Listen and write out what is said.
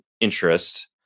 interest